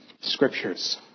Scriptures